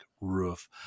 roof